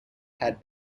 had